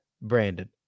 Brandon